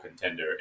contender